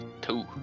two